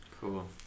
Cool